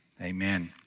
Amen